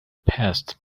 passed